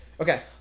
Okay